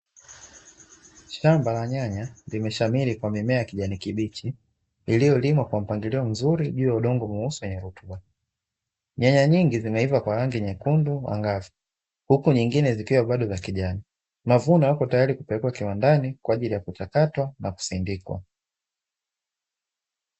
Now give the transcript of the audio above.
Shamba la nyanya limeshamiri kwa mimea ya kijani kibichi, iliyolimwa kwa mpangilio mzuri juu ya udongo mweusi wenye rutuba. Nyanya nyingi zimeiva kwa rangi nyekundu ang'avu, huku nyingine zikiwa bado za kijani. Mavuno yapo tayari kupelekwa kiwandani, kwa ajili ya kuchakatwa na kusindikwa.